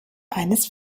eines